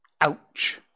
ouch